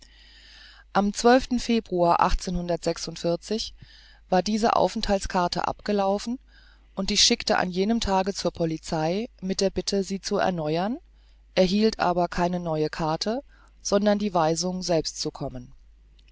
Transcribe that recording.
am februar war diese aufenthaltskarte abgelaufen und ich schickte an jenem tage zur polizei mit der bitte sie zu erneuern erhielt aber keine neue karte sondern die weisung selbst zu kommen